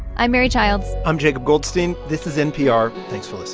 i'm mary childs i'm jacob goldstein. this is npr. thanks for